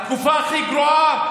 התקופה הכי גרועה,